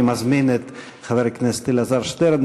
אני מזמין את חבר הכנסת אלעזר שטרן,